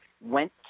went